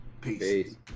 Peace